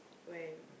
when